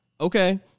Okay